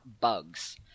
bugs